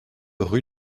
rue